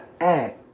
act